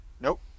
Nope